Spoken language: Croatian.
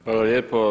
Hvala lijepo.